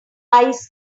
ice